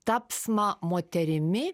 tapsmą moterimi